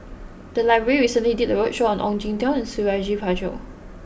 the library recently did a roadshow on Ong Jin Teong and Suradi Parjo